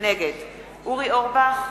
נגד אורי אורבך,